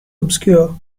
obscure